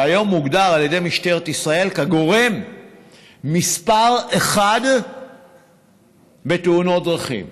שהיום מוגדר על ידי משטרת ישראל כגורם מספר אחת בתאונות דרכים,